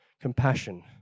Compassion